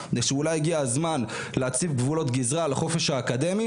זה שאולי הגיע הזמן להציב גבולות גזרה לחופש האקדמי